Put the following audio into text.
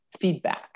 feedback